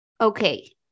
Okay